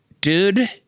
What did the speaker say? dude